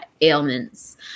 ailments